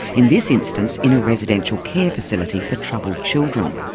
in this instance in a residential care facility for troubled children.